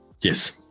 Yes